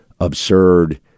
absurd